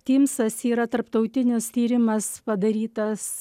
tymsas yra tarptautinis tyrimas padarytas